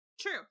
true